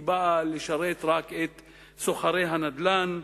היא באה לשרת את סוחרי הנדל"ן.